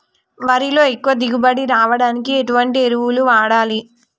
వరిలో ఎక్కువ దిగుబడి రావడానికి ఎటువంటి ఎరువులు వాడాలి?